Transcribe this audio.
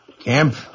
Camp